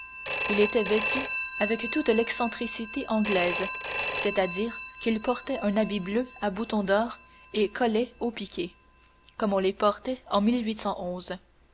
il était vêtu avec toute l'excentricité anglaise c'est-à-dire qu'il portait un habit bleu à boutons d'or et haut collet piqué comme on les portait en